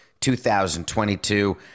2022